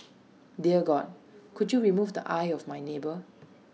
dear God could you remove the eye of my neighbour